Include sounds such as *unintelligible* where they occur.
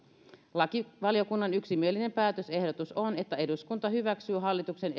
lakivaliokunnan yksimielinen päätösehdotus on että eduskunta hyväksyy hallituksen *unintelligible*